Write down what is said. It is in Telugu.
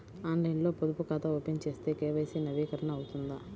ఆన్లైన్లో పొదుపు ఖాతా ఓపెన్ చేస్తే కే.వై.సి నవీకరణ అవుతుందా?